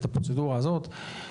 את הפרוצדורה הזאת,